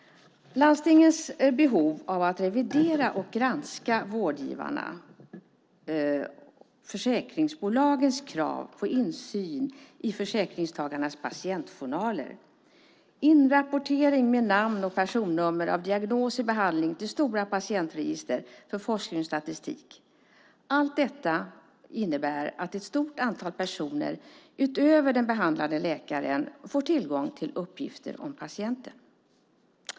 Landstingens behov av att revidera och granska vårdgivarna, försäkringsbolagens krav på insyn i försäkringstagarnas patientjournaler, inrapportering med namn och personnummer av diagnos och behandling till stora patientregister för forskning och statistik innebär att ett stort antal personer utöver den behandlande läkaren får tillgång till uppgifter om patienten.